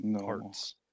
parts